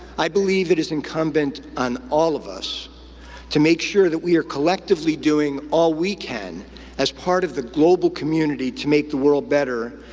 i believe it is incumbent on all of us to make sure that we are collectively doing all we can as part of the global community to make the world better,